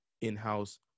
in-house